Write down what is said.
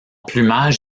plumage